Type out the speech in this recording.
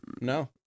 no